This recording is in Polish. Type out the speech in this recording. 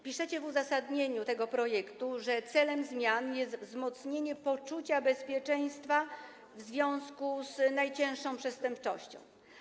Piszecie w uzasadnieniu tego projektu, że celem zmian jest wzmocnienie poczucia bezpieczeństwa w związku z najcięższą przestępczością.